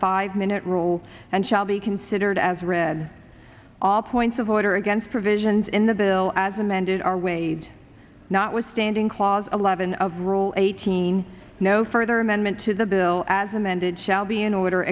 five minute rule and shall be considered as read all points of order against provisions in the bill as amended or wade notwithstanding clause eleven of roll eighteen no further amendment to the bill as amended shall be in order